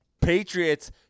Patriots